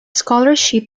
scholarship